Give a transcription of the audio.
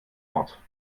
ort